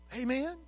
Amen